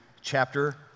chapter